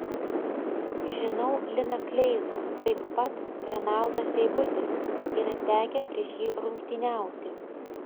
žinau liną kleizą taip pat renaldą seibutį yra tekę prieš jį rungtyniauti